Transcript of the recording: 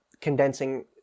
condensing